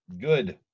Good